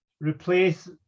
replace